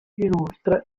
inoltre